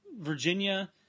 Virginia